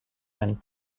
went